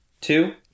Two